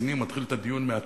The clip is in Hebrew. ורציני מתחיל את הדיון מעצמו.